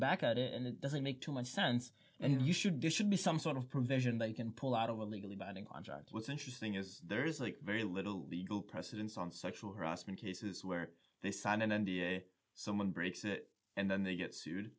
back at it and it doesn't make too much sense and you should do should be some sort of provision they can pull out of a legally binding contract what's interesting is there is like very little legal precedence on sexual harassment cases where they sign an n d a someone breaks it and then they get sued